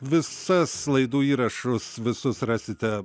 visas laidų įrašus visus rasite